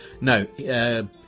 No